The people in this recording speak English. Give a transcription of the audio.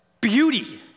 beauty